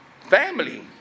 family